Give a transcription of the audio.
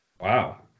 Wow